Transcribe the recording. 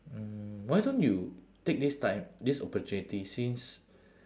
mm why don't you take this time this opportunity since